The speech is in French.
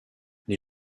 les